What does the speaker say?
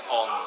on